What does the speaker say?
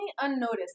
unnoticed